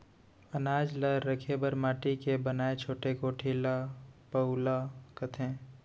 अनाज ल रखे बर माटी के बनाए छोटे कोठी ल पउला कथें